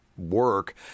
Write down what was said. work